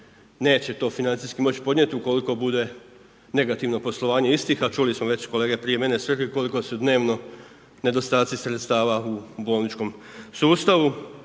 neće to financijski moći podnijeti ukoliko bude negativno poslovanje istih, a čuli smo već kolege prije mene sve koliko su dnevno nedostaci sredstava u bolničkom sustavu.